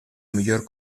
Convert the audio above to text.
millor